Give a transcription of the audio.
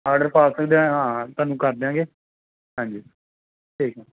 order ਪਾ ਸਕਦੇ ਹਾਂ ਹਾਂ ਤੁਹਾਨੂੰ ਕਰ ਦਿਆਂਗੇ ਹਾਂਜੀ ਠੀਕ ਹੈ